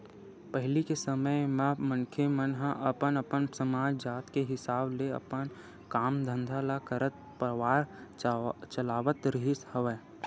पहिली के समे म मनखे मन ह अपन अपन समाज, जात के हिसाब ले अपन काम धंधा ल करत परवार चलावत रिहिस हवय